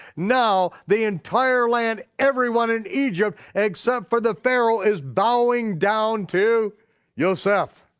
now, the entire land, everyone in egypt except for the pharaoh, is bowing down to yoseph.